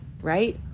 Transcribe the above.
right